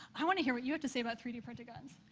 i want to hear what you have to say about three d printed guns.